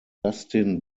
justin